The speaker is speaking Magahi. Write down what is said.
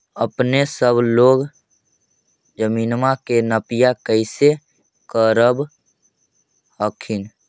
अपने सब लोग जमीनमा के नपीया कैसे करब हखिन?